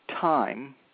time